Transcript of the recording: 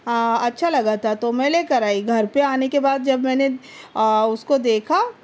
اچھا لگا تھا تو میں لے کر آئی گھر پہ آنے کے بعد جب میں نے آ اُس کو دیکھا